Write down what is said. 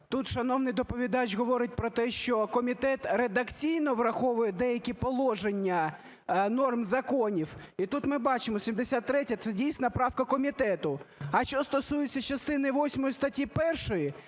Тут шановний доповідач говорить про те, що комітет редакційно враховує деякі положення норм законів. І тут ми бачимо, 73-я – це дійсно правка комітету. А що стосується частини восьмої статті 1,